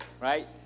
right